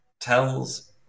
tells